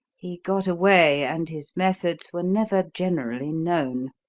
he got away, and his methods were never generally known.